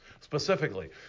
specifically